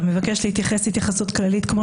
אתה מבקש להתייחס התייחסות כללית כמו